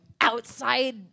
outside